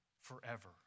forever